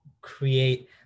create